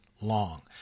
long